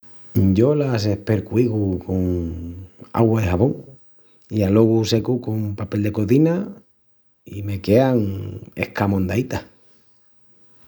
Yo las espercuigu con augua i xabón, i alogu secu con papel de cozina i me quean escamondaítas.